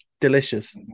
delicious